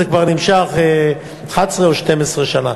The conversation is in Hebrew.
זה כבר נמשך 11 או 12 שנה.